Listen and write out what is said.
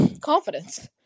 confidence